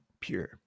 pure